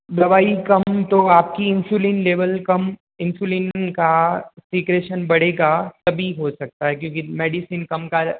दवाई कम तो आपकी इंसुलिन लेवल कम इंसुलिन का सीक्रेशन बढ़ेगा तभी हो सकता है क्योंकि मेडिसिन कम का